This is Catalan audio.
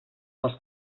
les